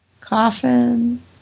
Coffin